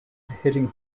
hitting